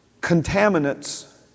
contaminants